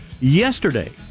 Yesterday